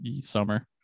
summer